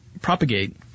propagate